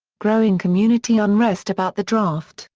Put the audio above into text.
growing community unrest about the draft,